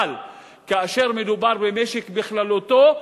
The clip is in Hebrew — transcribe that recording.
אבל כאשר מדובר במשק בכללותו,